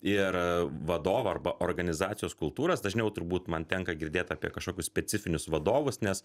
ir vadovą arba organizacijos kultūras dažniau turbūt man tenka girdėt apie kažkokius specifinius vadovus nes